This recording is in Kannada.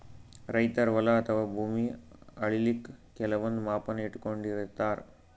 ರೈತರ್ ಹೊಲ ಅಥವಾ ಭೂಮಿ ಅಳಿಲಿಕ್ಕ್ ಕೆಲವಂದ್ ಮಾಪನ ಇಟ್ಕೊಂಡಿರತಾರ್